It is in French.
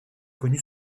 connue